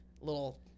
little